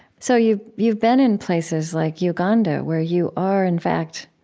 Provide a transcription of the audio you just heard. so you've you've been in places like uganda, where you are, in fact,